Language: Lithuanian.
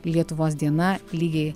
lietuvos diena lygiai